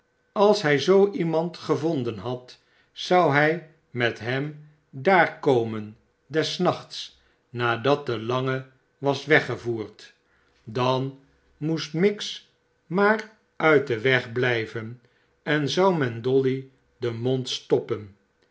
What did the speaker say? als hij zoo iemand gevonden had zou hij met hem daar komen des nachts nadat de lange was weggevoerd dan moest miggs maar uit den weg blijven en zou men dolly den rnond stoppen